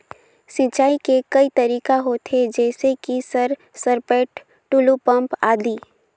सिंचाई के कई तरीका होथे? जैसे कि सर सरपैट, टुलु पंप, आदि?